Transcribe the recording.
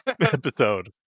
episode